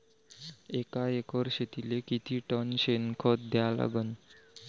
एका एकर शेतीले किती टन शेन खत द्या लागन?